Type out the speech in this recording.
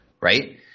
right